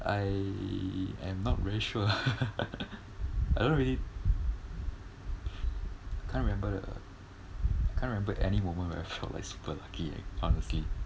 I am not very sure I don't really can't remember the I can't remember any moment where I felt like super lucky honestly